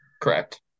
Correct